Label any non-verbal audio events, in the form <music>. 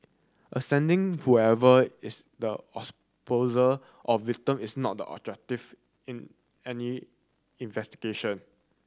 ascertaining whoever is the <unintelligible> poser or victim is not the objective in any investigation